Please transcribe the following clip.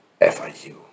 FIU